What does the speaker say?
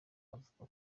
avuga